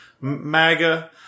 MAGA